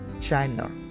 China